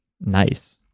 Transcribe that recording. Nice